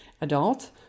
adult